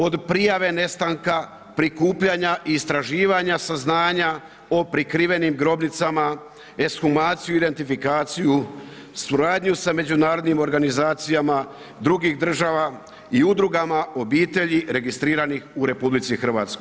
Od prijave nestanka, prikupljanja i istraživanja saznanja o prikrivenim grobnicama, ekshumaciju, identifikaciju, suradnju s međunarodnim organizacijama drugih država i udruga obitelji registriranih u RH.